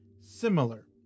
similar